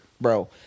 Bro